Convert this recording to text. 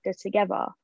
together